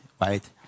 right